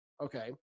okay